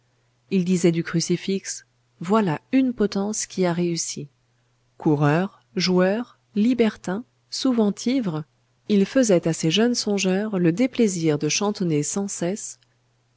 il disait du crucifix voilà une potence qui a réussi coureur joueur libertin souvent ivre il faisait à ces jeunes songeurs le déplaisir de chantonner sans cesse